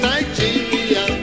Nigeria